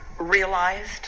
realized